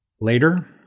Later